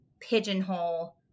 pigeonhole